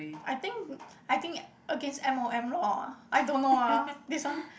I think I think against M_O_M law ah I don't know ah this one